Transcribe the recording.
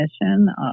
mission